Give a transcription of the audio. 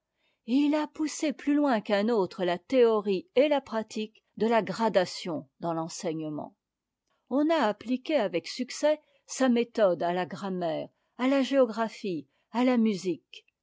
il a poussé plus loin qu'un autre la théorie et la pratique de la gradation dans renseignement on a appliqué avec succès sa méthode à la grammaire à la géographie à la musique